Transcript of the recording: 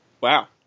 wow